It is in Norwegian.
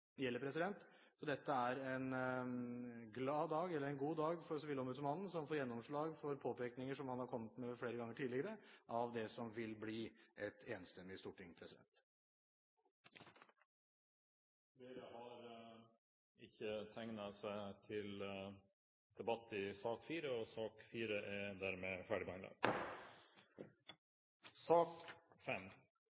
Så dette er en god dag for sivilombudsmannen, som får gjennomslag for påpekinger som han har kommet med flere ganger tidligere, hos det som vil bli et enstemmig storting. Flere har ikke bedt om ordet til sak nr. 4. Etter ønske fra kommunal- og